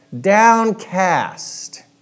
Downcast